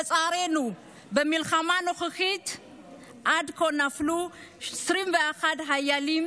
לצערנו במלחמה הנוכחית עד כה נפלו 21 חיילים